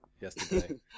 yesterday